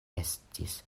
estis